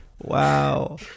wow